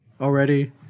already